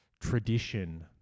tradition